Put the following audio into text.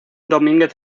domínguez